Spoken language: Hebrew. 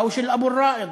או של אבו ראאד,